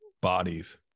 bodies